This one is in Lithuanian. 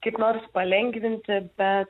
kaip nors palengvinti bet